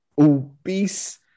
obese